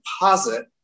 deposit